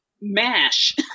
mash